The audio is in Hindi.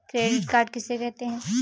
क्रेडिट कार्ड किसे कहते हैं?